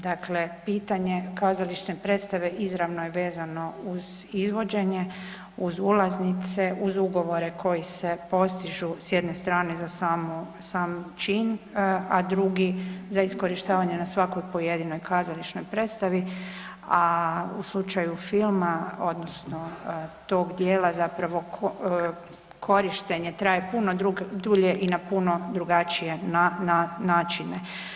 Dakle, pitanje kazališne predstave izravno je vezano uz izvođenje, uz ulaznice, uz ugovore koji se postižu s jedne strane za sam čin, a drugi za iskorištavanje na svakoj pojedinoj kazališnoj predstavi, a u slučaju filma odnosno tog dijela zapravo korištenje traje puno dulje i na puno drugačije načine.